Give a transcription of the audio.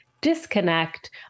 disconnect